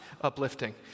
uplifting